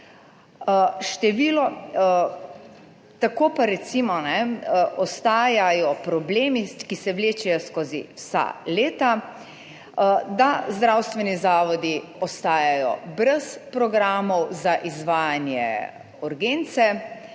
deluje. Tako pa, recimo, ostajajo problemi, ki se vlečejo skozi vsa leta, da zdravstveni zavodi ostajajo brez programov za izvajanje urgence,